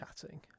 chatting